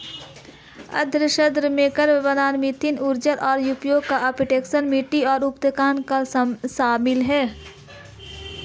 अर्थशास्त्र में carbon, methane ऊर्जा उपयोग, यूट्रोफिकेशन, मिट्टी की गुणवत्ता शामिल है